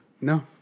No